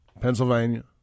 Pennsylvania